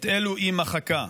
את אלה היא מחקה.